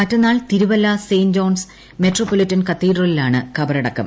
മറ്റന്നാൾ Thiruvalla saint John's metropolitan കത്തീഡ്രലിലാണ് കബറടക്കം